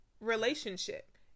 relationship